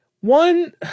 one